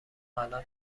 الان